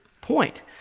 point